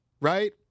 right